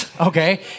Okay